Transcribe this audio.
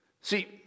See